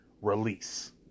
Release